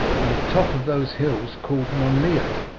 on the top of those hills called monaliadh,